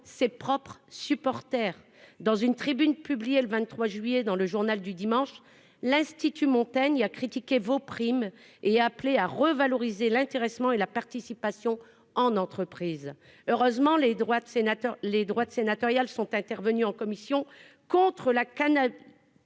ses propres supporters. Dans une tribune publiée le 23 juillet dans, l'Institut Montaigne a ainsi critiqué vos primes et appelé à revaloriser l'intéressement et la participation en entreprise. Heureusement, les droites sénatoriales sont intervenues en commission contre la